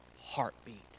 heartbeat